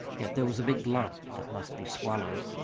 yet there was a big lump that must be swallowed.